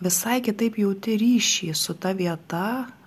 visai kitaip jauti ryšį su ta vieta